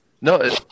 No